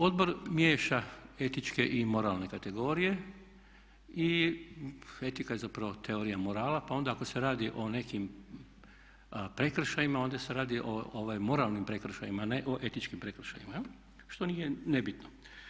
Odbor miješa etičke i moralne kategorije i etika je zapravo teorija morala pa onda ako se radi o nekim prekršajima onda se radi o moralnim prekršajima a ne o etičkim prekršajima jel', što nije nebitno.